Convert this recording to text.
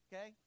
Okay